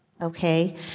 okay